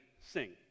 sing